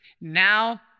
Now